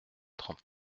trente